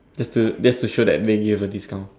just to just to show that they give a discount